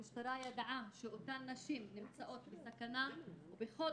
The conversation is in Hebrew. המשטרה ידעה שאותן נשים נמצאות בסכנה ובכל